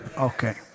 Okay